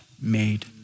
made